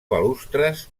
balustres